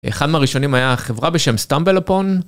אחד מהראשונים היה חברה בשם סטמבל אופון.